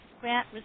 grant